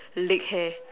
leg hair